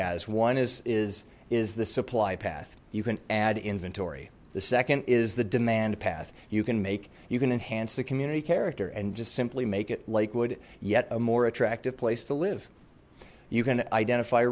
has one is is is the supply path you can add inventory the second is the demand path you can make you can enhance the community character and just simply make it lakewood yet a more attractive place to live you can identify